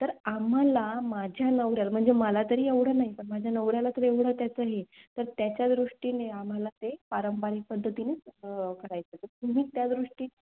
तर आम्हाला माझ्या नवऱ्याला म्हणजे मला तरी एवढं नाही पण माझ्या नवऱ्याला तर एवढं त्याचं हे तर त्याच्या दृष्टीने आम्हाला ते पारंपरिक पद्धतीनेच करायचं तुम्ही त्या दृष्टी